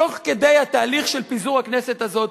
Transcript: תוך כדי התהליך של פיזור הכנסת הזאת,